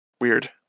Weird